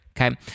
okay